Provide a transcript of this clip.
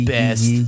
best